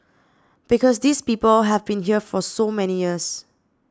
because these people have been here for so many years